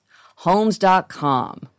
Homes.com